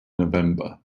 november